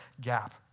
gap